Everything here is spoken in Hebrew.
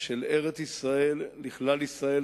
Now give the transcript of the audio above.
של ארץ-ישראל לכלל ישראל,